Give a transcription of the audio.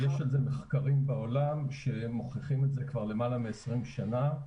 יש מחקרים בעולם שמוכיחים את זה כבר למעלה מ-20 שנים.